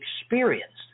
experienced